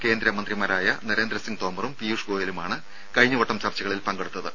കേന്ദ്രമന്ത്രിമാരായ നരേന്ദ്രതോമറും പീയൂഷ് ഗോയലുമാണ് കഴിഞ്ഞ വട്ടം ചർച്ചകളിൽ പങ്കെടുത്തത്